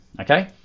okay